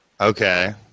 Okay